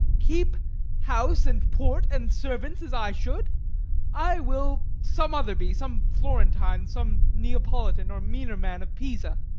keep house and port and servants, as i should i will some other be some florentine, some neapolitan, or meaner man of pisa.